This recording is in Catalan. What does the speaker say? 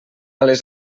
les